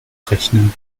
rechnen